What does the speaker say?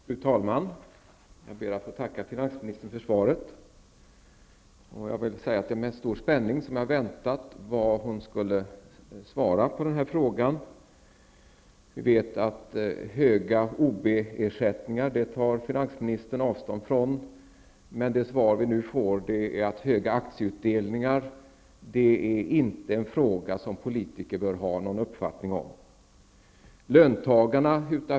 Fru talman! Jag ber att få tacka finansministern för svaret. Det är med stor spänning som jag har väntat på vad finansministern skulle svara på denna fråga. Vi vet att finansministern tar avstånd från höga OB-ersättningar. Men det svar som jag nu får innebär att höga aktieutdelningar inte är en fråga som politiker bör ha någon uppfattning om.